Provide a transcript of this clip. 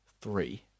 three